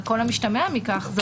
על כל המשתמע מכך.